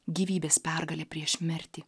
gyvybės pergalė prieš mirtį